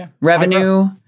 Revenue